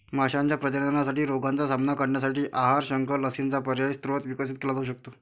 माशांच्या प्रजननासाठी रोगांचा सामना करण्यासाठी आहार, शंख, लसींचा पर्यायी स्रोत विकसित केला जाऊ शकतो